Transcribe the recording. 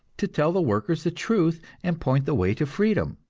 to tell the workers the truth and point the way to freedom.